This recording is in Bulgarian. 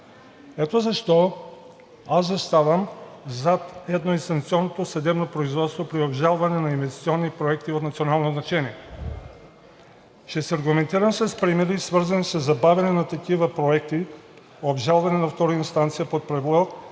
Ето защо аз заставам зад едноинстанционното съдебно производство при обжалване на инвестиционни проекти от национално значение. Ще се аргументирам с примери, свързани със забавяне на такива проекти, обжалвани на втора инстанция под предлог,